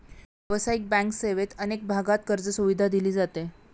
व्यावसायिक बँक सेवेत अनेक भागांत कर्जसुविधा दिली जाते